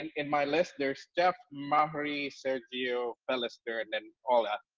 and in my list there's jeff, mahri, sergio, phelister and and olga.